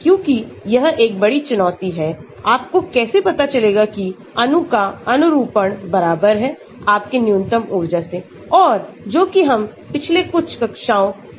क्योंकि यह एक बड़ी चुनौती है आपको कैसे पता चलेगा कि अणु का अनुरूपण बराबर हैआपके न्यूनतम ऊर्जा से और जोकि हम पिछले कुछ कक्षाओंसे देख रहे हैं